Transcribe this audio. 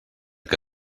que